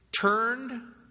turned